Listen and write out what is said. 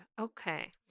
Okay